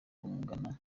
guhangana